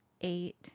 eight